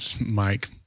Mike